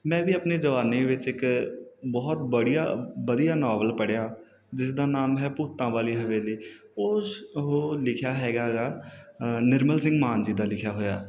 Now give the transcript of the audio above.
ਮੈਂ ਵੀ ਆਪਣੀ ਜਵਾਨੀ ਵਿੱਚ ਇੱਕ ਬਹੁਤ ਬੜੀਆ ਵਧੀਆ ਨਾਵਲ ਪੜ੍ਹਿਆ ਜਿਸਦਾ ਨਾਮ ਹੈ ਭੂਤਾਂ ਵਾਲੀ ਹਵੇਲੀ ਓਸ ਉਹ ਲਿਖਿਆ ਹੈਗਾ ਗਾ ਨਿਰਮਲ ਸਿੰਘ ਮਾਨ ਜੀ ਦਾ ਲਿਖਿਆ ਹੋਇਆ